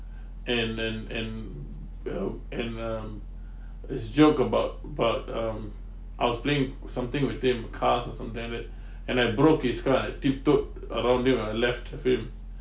and and and uh and um it's joke about about um I was playing something with him cars or something like that and I broke his car I tiptoed around it I left with him